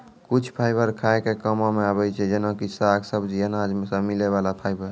कुछ फाइबर खाय के कामों मॅ आबै छै जेना कि साग, सब्जी, अनाज सॅ मिलै वाला फाइबर